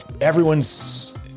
everyone's